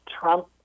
Trump